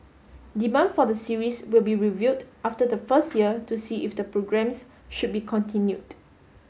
demand for the series will be reviewed after the first year to see if the programmes should be continued